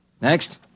Next